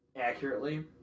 accurately